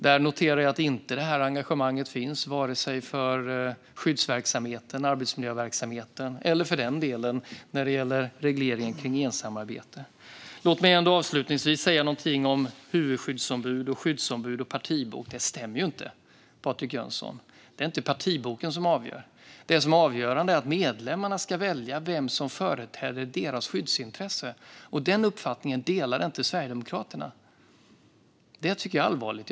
Jag noterar att detta engagemang inte finns där för vare sig skyddsverksamheten, arbetsmiljöverksamheten eller för den delen reglering av ensamarbete. Låt mig avslutningsvis säga något om huvudskyddsombud, skyddsombud och partibok. Det som sägs här stämmer inte, Patrik Jönsson. Det är inte partiboken som är avgörande, utan det är att medlemmarna ska välja dem som ska företräda deras skyddsintresse. Den uppfattningen delar inte Sverigedemokraterna, och det tycker jag är allvarligt.